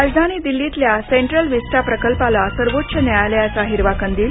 राजधानी दिल्लीतल्या central vista प्रकल्पाला सर्वोच्च न्यायालयाचा हिरवा कंदील